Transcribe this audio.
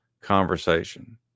conversation